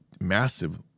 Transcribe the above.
massive